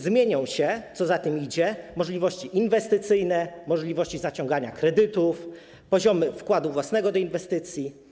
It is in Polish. Zmienią się, co za tym idzie, możliwości inwestycyjne, możliwości zaciągania kredytów, poziomy wkładu własnego do inwestycji.